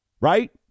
Right